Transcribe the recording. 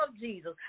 Jesus